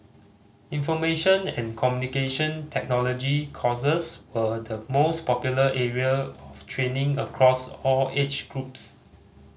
Information and Communication Technology courses were the most popular area of training across all age groups